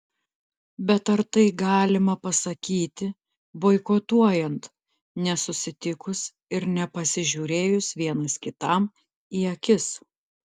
bet ar tai galima pasakyti boikotuojant nesusitikus ir nepasižiūrėjus vienas kitam į akis